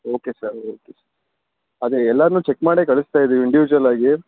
okay sir okay ಅದೇ ಎಲ್ಲರ್ನೂ check ಮಾಡೇ ಕಳಿಸ್ತಾ ಇದೀವಿ ಇಂಡಿವ್ಜುಯಲ್ ಆಗಿ